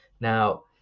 Now